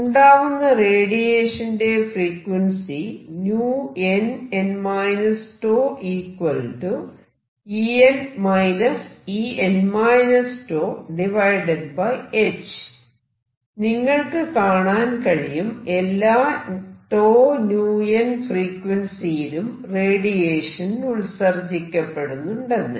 ഉണ്ടാവുന്ന റേഡിയേഷന്റെ ഫ്രീക്വൻസി നിങ്ങൾക്ക് കാണാൻ കഴിയും എല്ലാ 𝞃𝜈n ഫ്രീക്വൻസിയിലും റേഡിയേഷൻ ഉത്സർജിക്കപ്പെടുന്നുണ്ടെന്ന്